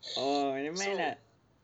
oh nevermind lah